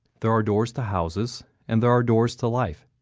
there are doors to houses and there are doors to life.